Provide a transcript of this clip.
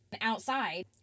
outside